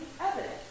evidence